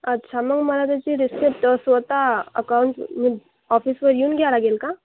अच्छा मग मला त्याची रिसिप्ट स्वत अकाउंट ऑफिसवर येऊन घ्यावी लागेल का